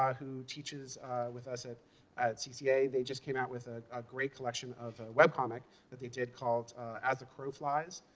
who teaches with us at at cca, they just came out with ah a great collection of a webcomic that they did called as the crow flies,